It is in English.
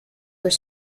were